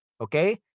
Okay